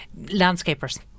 landscapers